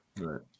Right